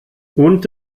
und